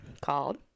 called